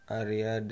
area